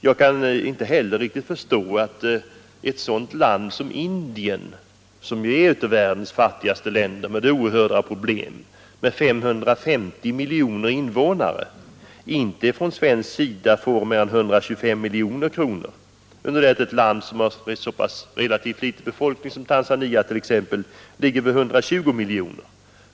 Jag kan heller inte riktigt förstå att ett sådant land som Indien — som ju är ett av världens fattigaste länder, med oerhörda problem och med 550 miljoner invånare — från svensk sida inte får mer än 125 miljoner kronor, under det att biståndet till ett land med så relativt liten befolkning som Tanzania ligger vid 120 miljoner.